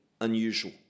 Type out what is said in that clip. unusual